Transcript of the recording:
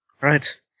right